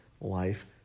life